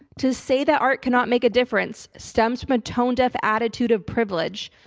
to say that art cannot make a difference stems from a tone-deaf attitude of privilege.